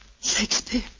Shakespeare